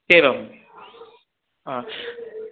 एवम्